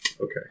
Okay